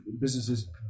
businesses